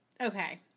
okay